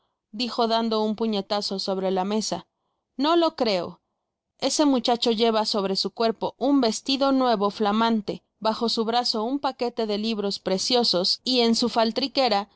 dijo dando un puñetazo solre la mesa no lo creo ese muchacho lleva sobre su cuerpo un vestido nuevo tlamante bajo su brazo un paquete de libros preciosos y en su faltriquera